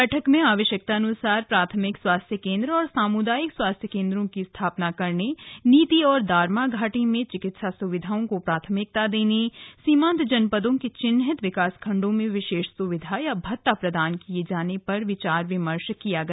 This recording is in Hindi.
बैठक में आवश्यकतानुसार प्राथमिक स्वास्थ्य केन्द्र और सामुदायिक स्वास्थ्य केन्द्रों की स्थापना करने नीति और दारमा घाटी में चिकित्सा सुविधाओं को प्राथमिकता देने सीमान्त जनपदों के चिन्हित विकासखण्डों में विशेष सुविधा या भत्ता प्रदान किये जाने पर विचार विमर्श किया गया